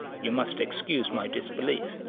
you must excuse my disbelief,